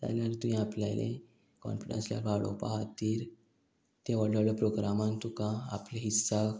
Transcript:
जाल्यार तुवें आपल्यालें कॉन्फिडन्स लेवल वाडोवपा खातीर ते व्हडले व्हडले प्रोग्रामान तुका आपले हिस्साक